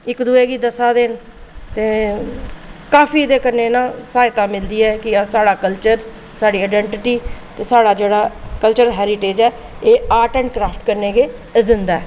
इक्क दूए गी दस्सा दे ते काफी एह्दे कन्नै ना सहायता मिलदी ऐ कि साढ़ा कल्चर साढ़ी आईडेंटिटी साढ़ा जेह्ड़ा कल्चर हेरीटेज़ ऐ एह् आर्ट एंड क्रॉफ्ट कन्नै गै जिंदा ऐ